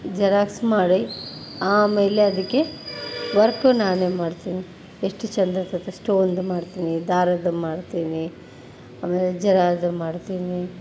xerox ಮಾಡಿ ಆಮೇಲೆ ಅದಕ್ಕೆ ವರ್ಕು ನಾನೇ ಮಾಡ್ತೀನಿ ಎಷ್ಟು ಚಂದಿರ್ತದೆ ಸ್ಟೋನ್ದು ಮಾಡ್ತೀನಿ ದಾರದ್ದು ಮಾಡ್ತೀನಿ ಆಮೇಲೆ ಜರಾದು ಮಾಡ್ತೀನಿ